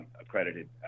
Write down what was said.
accredited